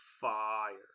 fire